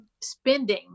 spending